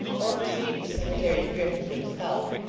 or perceived the secretary's drift of himself,